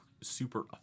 super